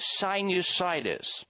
sinusitis